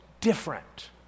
different